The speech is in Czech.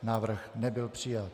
Návrh nebyl přijat.